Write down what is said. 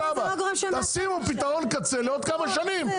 תציעו פתרון קצה לעוד כמה שנים,